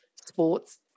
Sports